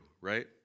right